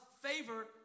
favor